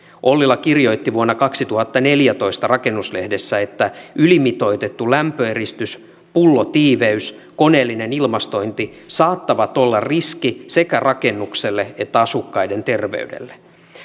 ollila kirjoitti vuonna kaksituhattaneljätoista rakennuslehdessä ylimitoitettu lämpöeristys pullotiiveys ja koneellinen ilmastointi saattavat olla riski sekä rakennukselle että asukkaiden terveydelle